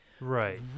Right